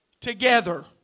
together